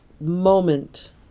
moment